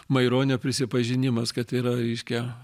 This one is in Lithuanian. maironio prisipažinimas kad yra reiškia